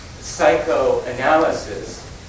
psychoanalysis